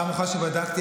בפעם אחרונה שבדקתי,